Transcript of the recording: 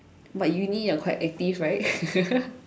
but uni you're quite active right